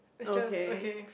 okay